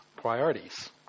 priorities